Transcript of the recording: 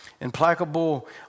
implacable